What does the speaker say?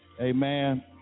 Amen